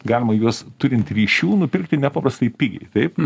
galima juos turint ryšių nupirkti nepaprastai pigiai taip